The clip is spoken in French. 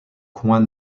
coin